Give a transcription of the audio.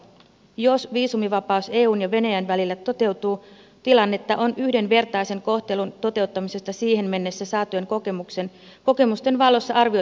jos viisumivapaus eun ja venäjän välillä toteutuu tilannetta on yhdenvertaisen kohtelun toteuttamisesta siihen mennessä saatujen kokemusten valossa arvioitava uudelleen